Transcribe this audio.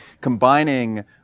Combining